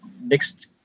next